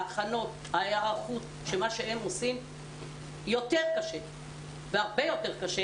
ההכנות ההיערכות שהם עושים יותר קשה והרבה יותר קשה